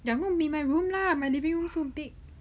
they're not be in my room lah my living room so big